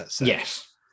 Yes